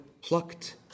plucked